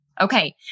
Okay